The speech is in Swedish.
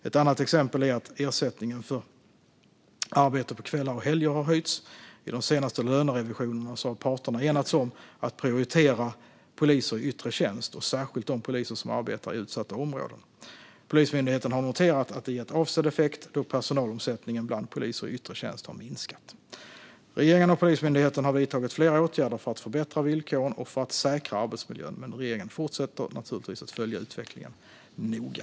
Ett annat exempel är att ersättningen för arbete på kvällar och helger har höjts. I de senaste lönerevisionerna har parterna enats om att prioritera poliser i yttre tjänst och särskilt de poliser som arbetar i utsatta områden. Polismyndigheten har noterat att det gett avsedd effekt då personalomsättningen bland poliser i yttre tjänst har minskat. Regeringen och Polismyndigheten har vidtagit flera åtgärder för att förbättra villkoren och för att säkra arbetsmiljön, men regeringen fortsätter naturligtvis att följa utvecklingen noga.